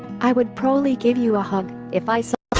i would prolly give u a hug if i saw